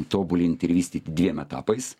tobulint ir vystyt dviem etapais